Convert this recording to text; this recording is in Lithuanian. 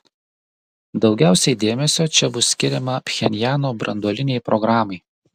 daugiausiai dėmesio čia bus skiriama pchenjano branduolinei programai